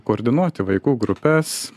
koordinuoti vaikų grupes